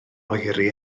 oeri